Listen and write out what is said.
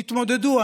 תתמודדו.